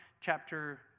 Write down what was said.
Chapter